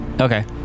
Okay